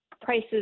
Prices